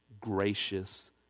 gracious